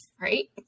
right